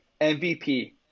MVP